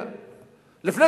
הזנחה,